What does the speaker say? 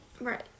Right